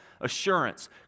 assurance